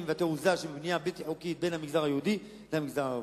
והתעוזה של הבנייה הבלתי-חוקית בין המגזר היהודי למגזר הערבי.